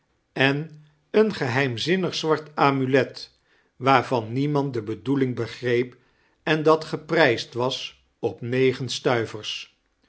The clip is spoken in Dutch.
en een geheimzinnig zwart amulet waarvan niemand de bedoeling begreep en dat geprijsd was op negen stnivers